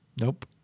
Nope